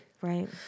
Right